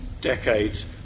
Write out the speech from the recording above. decades